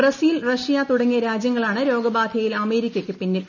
Brazil Russia തുടങ്ങിയ രാജ്യങ്ങളാണ് രോഗബാധയിൽ അമേരിക്കയ്ക്ക് പിന്നിൽ